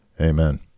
amen